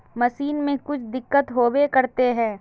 Machine में कुछ दिक्कत होबे करते है?